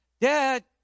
Dad